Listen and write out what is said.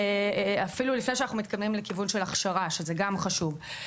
אפילו לפני שאנחנו מתקדמים לכיוון של הכשרה שזה גם חשוב.